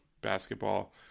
basketball